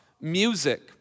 music